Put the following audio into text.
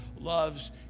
loves